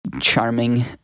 charming